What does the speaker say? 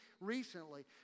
recently